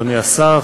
אדוני השר,